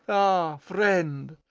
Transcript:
friend,